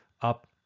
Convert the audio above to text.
up